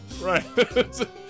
Right